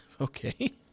okay